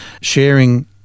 sharing